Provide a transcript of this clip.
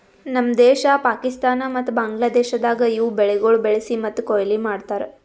ನಮ್ ದೇಶ, ಪಾಕಿಸ್ತಾನ ಮತ್ತ ಬಾಂಗ್ಲಾದೇಶದಾಗ್ ಇವು ಬೆಳಿಗೊಳ್ ಬೆಳಿಸಿ ಮತ್ತ ಕೊಯ್ಲಿ ಮಾಡ್ತಾರ್